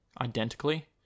identically